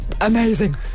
amazing